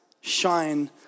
shine